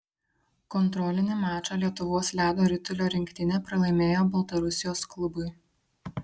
kontrolinį mačą lietuvos ledo ritulio rinktinė pralaimėjo baltarusijos klubui